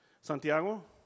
Santiago